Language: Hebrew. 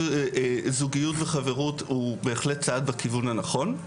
זוגיות וחברות הוא בהחלט צעד בכיוון הנכון.